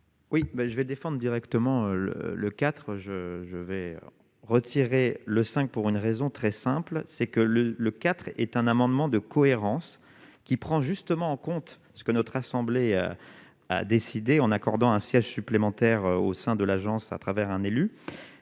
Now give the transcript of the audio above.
Oui, ben je vais défendre indirectement le le 4 je je vais retirer le 5 pour une raison très simple, c'est que le le IV est un amendement de cohérence qui prend justement en compte ce que notre assemblée a décidé, en accordant un siège supplémentaire au sein de l'agence à travers un élu